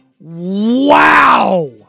Wow